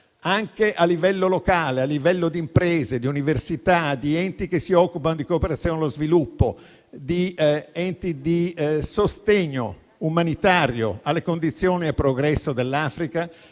anche a livello locale, come imprese, università ed enti che si occupano di cooperazione allo sviluppo e di sostegno umanitario alle condizioni e al progresso dell'Africa.